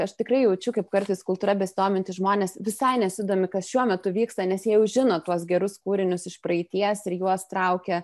aš tikrai jaučiu kaip kartais kultūra besidomintys žmonės visai nesidomi kas šiuo metu vyksta nes jie jau žino tuos gerus kūrinius iš praeities ir juos traukia